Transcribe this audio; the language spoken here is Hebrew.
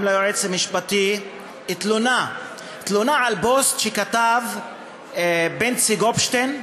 ליועץ המשפטי תלונה על פוסט שכתב בנצי גופשטיין,